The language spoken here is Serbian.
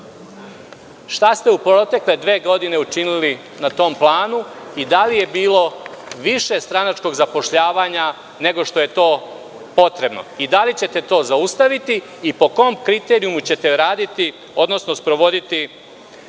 Šta ste u protekle dve godine učinili na tom planu i da li je bilo više stranačkog zapošljavanja nego što je to potrebno? Da li ćete to zaustaviti i po kom kriterijumu ćete sprovoditi